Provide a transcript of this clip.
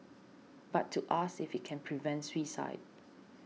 but to ask if it can prevent suicide